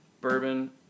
bourbon